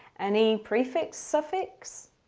any prefix, suffix?